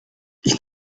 ich